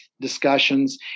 discussions